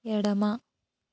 ఎడమ